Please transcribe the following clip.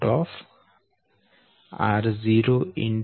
daa14 ro